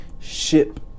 Ship